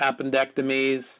appendectomies